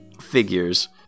figures